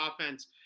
offense